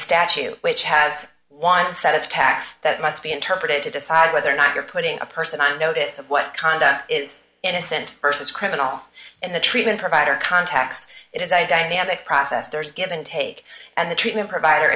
a statute which has one set of tasks that must be interpreted to decide whether or not you're putting a person i notice of what kind is innocent person's criminal and the treatment provider contacts it is a dynamic process there's give and take and the treatment provider